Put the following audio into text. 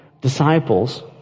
disciples